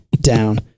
down